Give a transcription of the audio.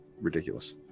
ridiculous